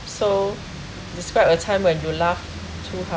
so describe a time when you laugh too hard